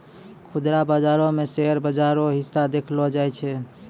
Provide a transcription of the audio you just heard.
खुदरा बाजारो मे शेयर बाजार रो हिस्सा देखलो जाय छै